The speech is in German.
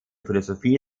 philosophie